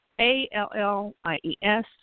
A-L-L-I-E-S